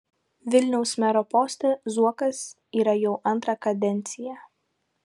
vilniaus mero poste zuokas yra jau antrą kadenciją